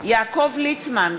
יעקב ליצמן,